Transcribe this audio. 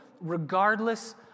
regardless